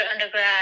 undergrad